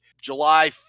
July